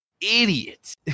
idiot